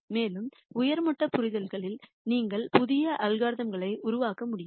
மேலும் உயர் மட்ட புரிதலில் நீங்கள் புதிய அல்காரிதம் களை உருவாக்க முடியும்